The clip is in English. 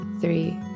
three